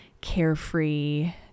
carefree